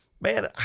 Man